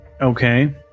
Okay